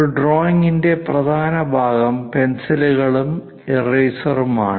ഒരു ഡ്രോയിംഗിന്റെ പ്രധാന ഭാഗം പെൻസിലുകളും ഇറേസറുമാണ്